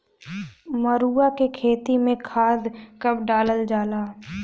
मरुआ के खेती में खाद कब डालल जाला?